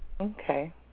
Okay